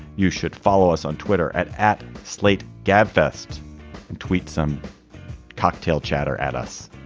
you should follow us on twitter at at slate gab fest and tweet some cocktail chatter at us.